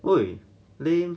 !oi! lame